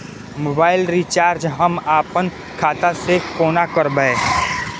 Mobile recharge हम आपन खाता से कोना करबै?